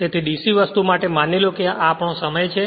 તેથી DC વસ્તુ માટે માની લો કે આ આપણો સમય છે